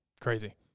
Crazy